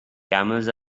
camels